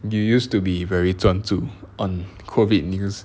you used to be very 专注 on COVID news